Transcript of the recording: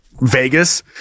Vegas